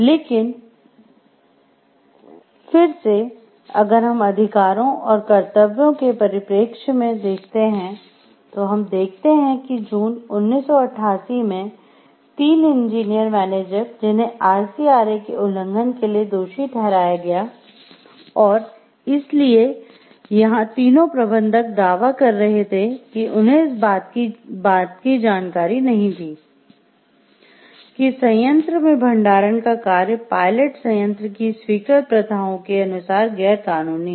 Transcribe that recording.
लेकिन फिर से अगर हम अधिकारों और कर्तव्यों के परिप्रेक्ष्य में देखते हैं तो हम देखते हैं कि जून 1988 में 3 इंजीनियर मैनेजर जिन्हें RCRA के उल्लंघन के लिए दोषी ठहराया गया और इसलिए यहाँ तीनों प्रबंधक दावा कर रहे थे कि उन्हें इस बात की जानकारी नहीं थी कि संयंत्र में भंडारण का कार्य पायलट संयंत्र की स्वीकृत प्रथाओं के अनुसार गैरकानूनी है